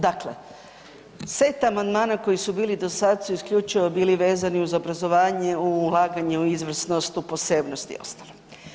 Dakle, set amandmana koji su bili do sada su isključivo bili vezani uz obrazovanje u ulaganje u izvornost u posebnost i ostalo.